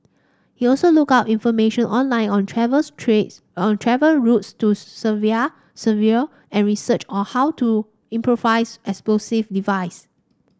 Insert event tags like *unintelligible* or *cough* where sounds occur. he also looked up information online on travel's trees on travel routes to *unintelligible* Syria and researched how to improvised explosive device